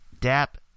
dap